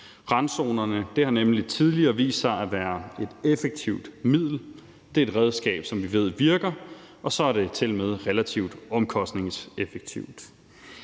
Det har nemlig tidligere vist sig at være et effektivt middel; det er et redskab, som vi ved virker, og så er det tilmed relativt omkostningseffektivt.